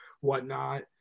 whatnot